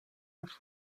have